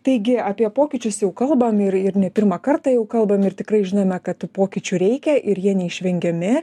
taigi apie pokyčius jau kalbam ir ir ne pirmą kartą jau kalbam ir tikrai žinome kad tų pokyčių reikia ir jie neišvengiami